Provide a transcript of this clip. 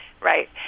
right